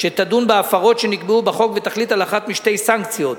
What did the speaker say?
שתדון בהפרות שנקבעו בחוק ותחליט על אחת משתי סנקציות: